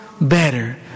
better